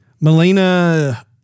Melina